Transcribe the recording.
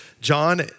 John